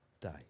Day